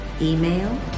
email